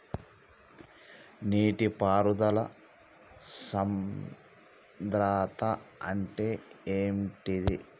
నీటి పారుదల సంద్రతా అంటే ఏంటిది?